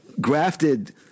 grafted